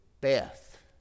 Beth